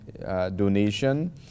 donation